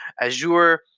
Azure